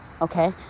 okay